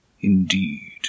Indeed